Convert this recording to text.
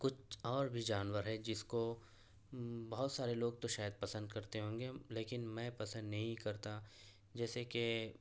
کچھ اور بھی جانور ہیں جس کو بہت سارے لوگ تو شاید پسند کرتے ہوں گے لیکن میں پسند نہیں کرتا جیسے کہ